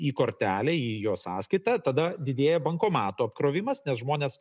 į kortelę į jo sąskaitą tada didėja bankomato apkrovimas nes žmonės